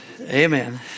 Amen